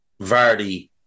Vardy